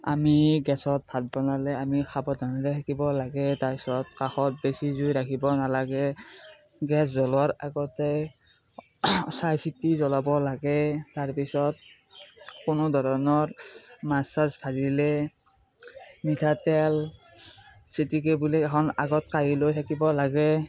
আমি গেছত ভাত বনালে আমি সাৱধানেৰে শিকিব লাগে তাৰ পিছত কাষত বেছি জুই ৰাখিব নালাগে গেছ জ্বলোৱাৰ আগতেই চাই চিতি জ্বলাব লাগে তাৰ পিছত কোনো ধৰণৰ মাছ চাছ ভাজিলে মিঠাতেল চিটিকে বুলি এখন আগত কাঁহী লৈ থাকিব লাগে